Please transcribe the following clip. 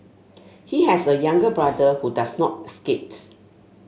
he has a younger brother who does not skate